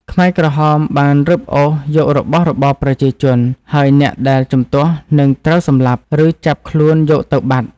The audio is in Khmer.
ខ្មែរក្រហមបានរឹបអូសយករបស់របរប្រជាជន ហើយអ្នកដែលជំទាស់នឹងត្រូវសម្លាប់ ឬចាប់ខ្លួនយកទៅបាត់។